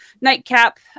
nightcap